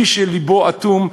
ומי שלבו אטום,